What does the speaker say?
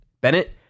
bennett